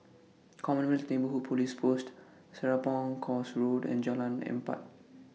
Commonwealth Neighbourhood Police Post Serapong Course Road and Jalan Empat